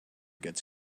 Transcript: gets